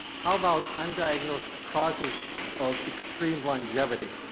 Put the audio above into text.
how about undiagnosed causes of extreme longevity?